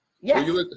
Yes